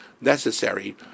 necessary